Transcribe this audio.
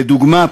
לדוגמה,